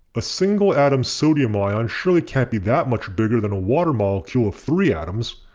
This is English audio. a single atom sodium ion surely can't be that much bigger than a water molecule of three atoms.